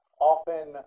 often